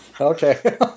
Okay